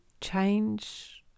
change